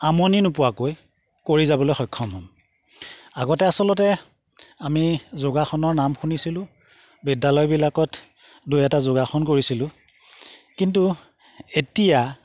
আমনি নোপোৱাকৈ কৰি যাবলৈ সক্ষম হ'ম আগতে আচলতে আমি যোগাসনৰ নাম শুনিছিলো বিদ্যালয়বিলাকত দুই এটা যোগাসন কৰিছিলো কিন্তু এতিয়া